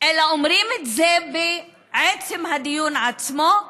אלא אומרים את זה בעצם הדיון עצמו: